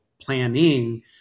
planning